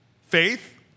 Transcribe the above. Faith